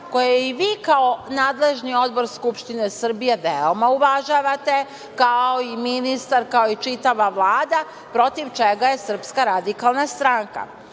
koje i vi kao nadležni Odbor Skupštine Srbije, veoma uvažavate, kao i ministar, kao i čitava Vlada, protiv čega je SRS. Obrnuti sled treba